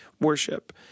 worship